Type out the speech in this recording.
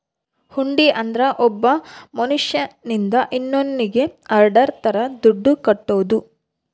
ಹುಂಡಿ ಅಂದ್ರ ಒಬ್ಬ ಮನ್ಶ್ಯನಿಂದ ಇನ್ನೋನ್ನಿಗೆ ಆರ್ಡರ್ ತರ ದುಡ್ಡು ಕಟ್ಟೋದು